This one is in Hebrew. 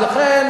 אז לכן,